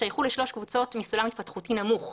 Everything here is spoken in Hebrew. שצריך למנוע מהתערבויות שלפעמים היו מוגזמות.